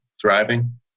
thriving